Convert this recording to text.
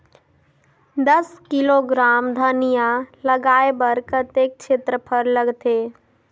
दस किलोग्राम धनिया लगाय बर कतेक क्षेत्रफल लगथे?